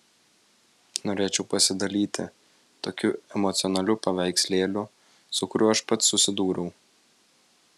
norėčiau pasidalyti tokiu emocionaliu paveikslėliu su kuriuo aš pats susidūriau